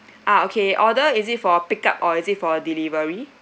ah okay order is it for pick up or is it for delivery